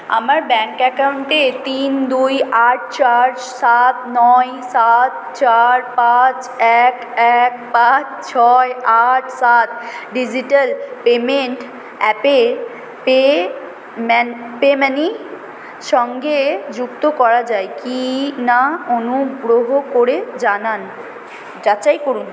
আমার ব্যাঙ্ক অ্যাকাউন্টে তিন দুই আট চার সাত নয় সাত চার পাঁচ এক এক পাঁচ ছয় আট সাত ডিজিটাল পেমেন্ট অ্যাপে পে মানি সঙ্গে যুক্ত করা যায় কি না অনুগ্রহ করে জানান যাচাই করুন